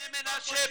בני מנשה,